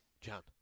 John